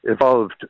evolved